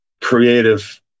creative